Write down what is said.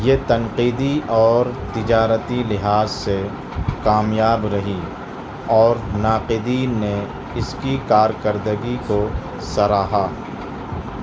یہ تنقیدی اور تجارتی لحاظ سے کامیاب رہی اور ناقدین نے اس کی کارکردگی کو سراہا